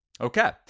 Okay